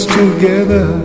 together